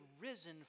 risen